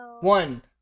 One